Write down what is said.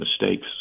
mistakes